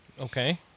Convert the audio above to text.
Okay